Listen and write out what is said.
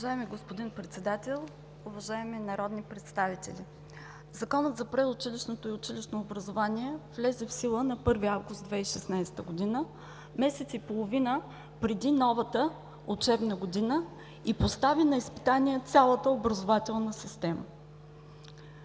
Уважаеми господин Председател, уважаеми народни представители! Законът за предучилищно и училищно образование влезе в сила на 1 август 2016 г., месец и половина преди новата учебна година и постави на изпитание цялата образователна система.